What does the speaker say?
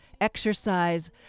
exercise